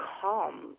calm